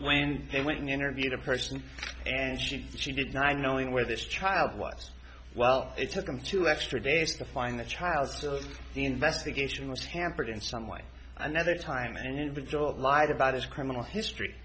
when they went and interviewed a person and she she did not knowing where this child was well it took them two extra days to find the child the investigation was hampered in some way another time and the thought lied about his criminal history